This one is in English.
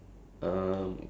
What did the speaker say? oh um